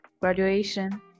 graduation